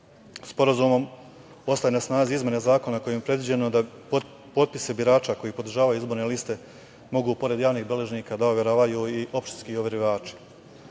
sporazuma. Sporazumom ostaje na snazi izmena zakona kojim je predviđeno da potpise birača koji podržavaju izborne liste mogu pored javnih beležnika da overavaju i opštinski overivači.